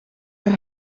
haar